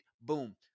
boom